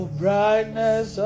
brightness